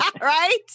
right